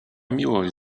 miłość